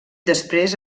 després